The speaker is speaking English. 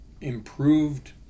improved